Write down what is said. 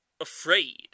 afraid